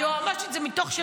היועמ"שית.